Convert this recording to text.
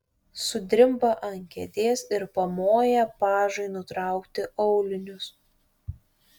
sudrimba ant kėdės ir pamoja pažui nutraukti aulinius